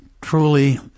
truly